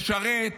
לשרת,